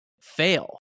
fail